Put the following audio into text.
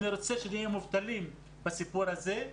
אני רוצה שנהיה מובטלים בסיפור הזה,